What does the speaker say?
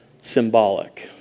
symbolic